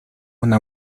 una